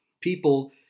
people